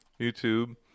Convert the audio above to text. YouTube